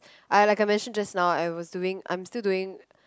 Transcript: I like I'm mention just now I was doing I'm still doing